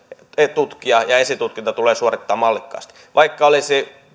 tutkia ja esitutkinta tulee suorittaa mallikkaasti vaikka olisi